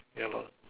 ya lor